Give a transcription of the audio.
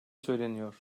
söyleniyor